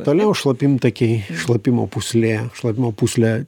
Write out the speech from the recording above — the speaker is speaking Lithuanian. toliau šlapimtakiai šlapimo pūslė šlapimo pūslę